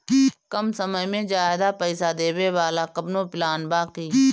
कम समय में ज्यादा पइसा देवे वाला कवनो प्लान बा की?